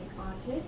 artists